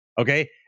okay